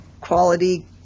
quality